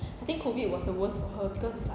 I think COVID was the worst for her because it's like